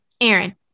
Aaron